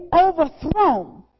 overthrown